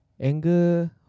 Anger